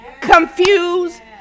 confused